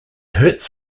hurts